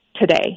today